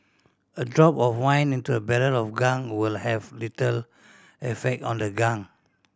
a drop of wine into a barrel of gunk will have little effect on the gunk